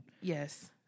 Yes